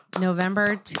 November